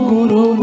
Guru